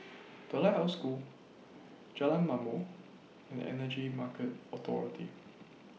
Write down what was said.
The Lighthouse School Jalan Ma'mor and Energy Market Authority